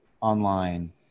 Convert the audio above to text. online